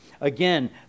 Again